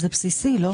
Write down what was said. זה בסיסי, לא?